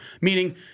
Meaning